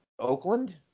Oakland